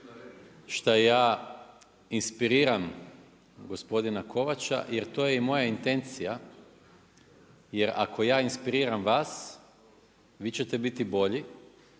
šta ja inspiriram gospodina Kovača jer to je i moja intencija. Jer ako ja inspiriram vas vi ćete biti bolji